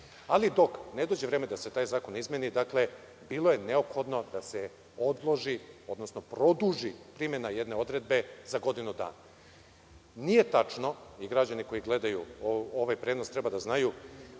Dok ne dođe vreme da se taj zakon izmeni, bilo je neophodno da se odloži, odnosno produži time na jedne odredbe za godinu dana. Nije tačno i građani koji gledaju ovaj prenos treba da znaju,